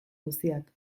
guziak